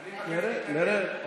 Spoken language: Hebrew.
נראה, נראה.